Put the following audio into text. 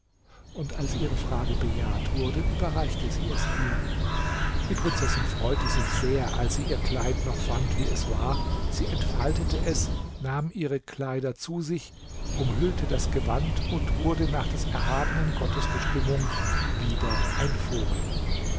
und als ihre frage bejaht wurde überreichte sie es ihr die prinzessin freute sich sehr als sie ihr kleid noch fand wie es war sie entfaltete es nahm ihre kleider zu sich umhüllte das gewand und wurde nach des erhabenen gottes bestimmung wieder ein vogel